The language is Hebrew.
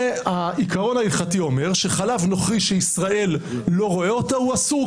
העיקרון ההלכתי אומר שחלב נוכרי שישראל לא רואה אותו הוא אסור,